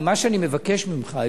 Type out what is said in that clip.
אבל מה שאני מבקש ממך,